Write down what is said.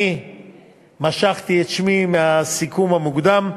אני משכתי את שמי מהסיכום המוקדם.